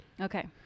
Okay